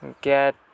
Get